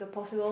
possible